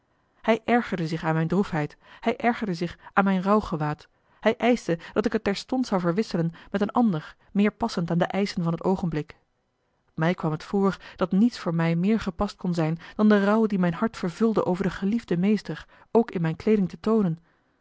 hij ergerde zich aan mijne droefheid hij ergerde zich aan mijn rouwgewaad hij eischte dat ik het terstond zou verwisselen met een ander meer passend aan de eischen van het oogenblik mij kwam het voor dat niets voor mij meer gepast kon zijn dan de rouw die mijn hart vervulde over den geliefden meester ook in mijne kleeding te toonen